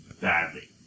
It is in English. badly